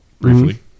Briefly